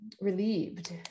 relieved